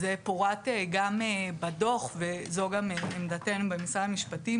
זה פורט גם בדוח וזו גם עמדתנו במשרד המשפטים